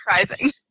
surprising